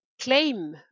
claim